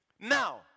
Now